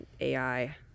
AI